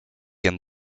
and